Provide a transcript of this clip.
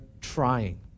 trying